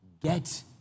Get